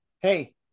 hey